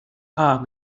are